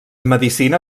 medicina